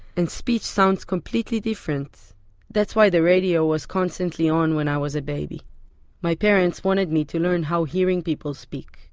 and speech sounds completely different that's why the radio was constantly on when i was a baby my parents wanted me to learn how hearing people speak.